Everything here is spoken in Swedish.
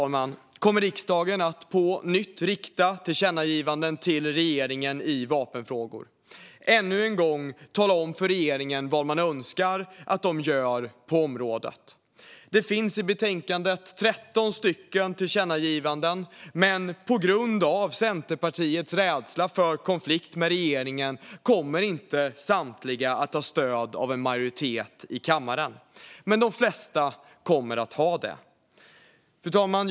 I dag kommer riksdagen att på nytt rikta tillkännagivanden till regeringen i vapenfrågor och ännu en gång tala om för regeringen vad man önskar att den ska göra på området. Det finns i betänkandet 13 stycken tillkännagivanden, men på grund av Centerpartiets rädsla för konflikt med regeringen kommer inte samtliga att ha stöd av en majoritet i kammaren. De flesta kommer dock att ha det. Fru talman!